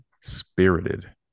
Spirited